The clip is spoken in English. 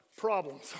problems